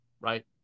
Right